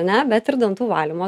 ne bet ir dantų valymo